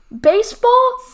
baseball